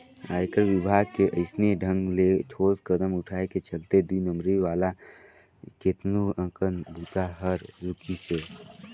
आयकर विभाग के अइसने ढंग ले ठोस कदम उठाय के चलते दुई नंबरी वाला केतनो अकन बूता हर रूकिसे